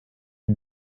you